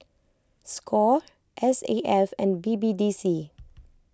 Score S A F and B B D C